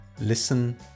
listen